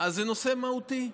אז זה נושא מהותי.